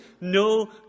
no